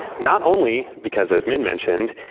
not only because, as minh mentioned,